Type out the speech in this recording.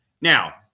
now